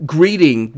greeting